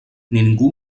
ningú